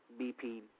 BP